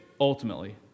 ultimately